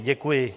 Děkuji.